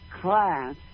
class